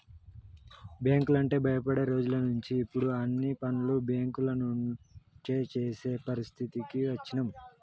బ్యేంకులంటే భయపడే రోజులనుంచి ఇప్పుడు అన్ని పనులు బ్యేంకుల నుంచే జేసే పరిస్థితికి అచ్చినం